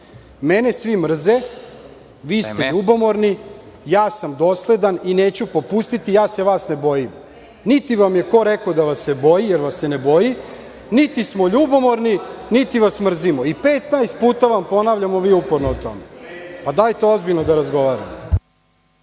mene svi mrze, vi ste ljubomorni, ja sam dosledan i neću popustiti, ja se vas ne bojim. Niti vam je ko rekao da vas se boji, jer vas se ne boji, niti smo ljubomorni, niti vas mrzimo i 15 puta vam ponavljamo, a vi uporno o tome. Dajte, ozbiljno da razgovaramo.